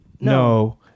No